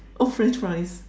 oh French fries